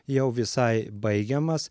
jau visai baigiamas